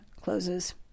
closes